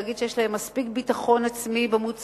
להגיד שיש להם מספיק ביטחון עצמי במוצרים